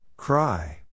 Cry